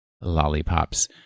lollipops